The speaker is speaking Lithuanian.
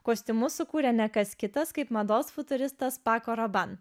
kostiumus sukūrė ne kas kitas kaip mados futuristas pako roban